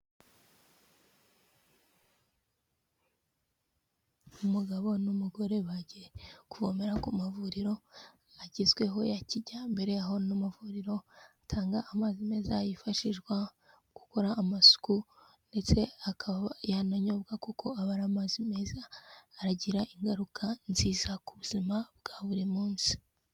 Umugabo n'umugore bagiye kuvomera ku mavuriro agezweho ya kijyambere, aho ano mavuriro atanga amazi meza yifashishwa gukora amasuku ndetse akaba yananyobwa, kuko aba ari amazi meza agira ingaruka nziza ku buzima bwa buri munsi.